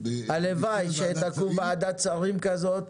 תודה, הלוואי שתקום ועדת שרים כזאת.